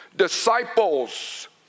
disciples